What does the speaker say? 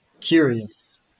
curious